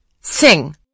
Sing